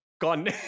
gone